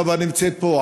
נאוה נמצאת פה,